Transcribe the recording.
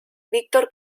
víctor